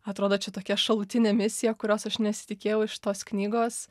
atrodo čia tokia šalutinė misija kurios aš nesitikėjau iš tos knygos